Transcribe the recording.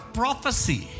prophecy